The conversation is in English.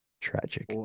Tragic